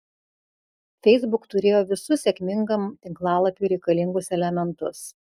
facebook turėjo visus sėkmingam tinklalapiui reikalingus elementus